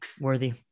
worthy